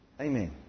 Amen